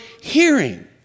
hearing